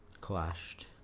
Clashed